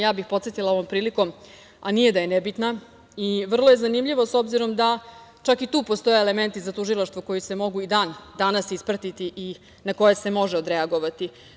Ja bih podsetila ovom prilikom, a nije da je nebitna i vrlo je zanimljivo obzirom da čak i tu postoje elementi za tužilaštvo, koji se mogu i dan danas ispratiti i na koje se može odreagovati.